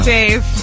Dave